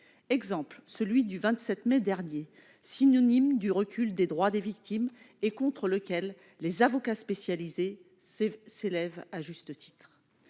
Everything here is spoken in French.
exemple celui du 27 mai dernier, synonyme de recul des droits des victimes et contre lequel les avocats spécialisés s'élèvent à juste titre.